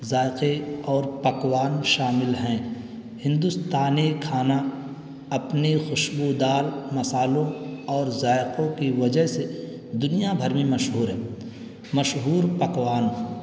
ذائقے اور پکوان شامل ہیں ہندوستانی کھانا اپنی خوشبودار مسالوں اور ذائقوں کی وجہ سے دنیا بھر میں مشہور ہے مشہور پکوان